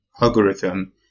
algorithm